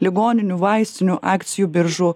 ligoninių vaistinių akcijų biržų